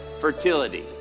fertility